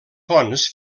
fonts